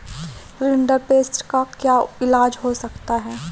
rinderpest का क्या इलाज हो सकता है